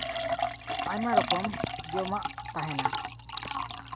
ᱟᱭᱢᱟ ᱨᱚᱠᱚᱢ ᱡᱚᱢᱟᱜ ᱛᱟᱦᱮᱱᱟ